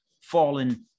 fallen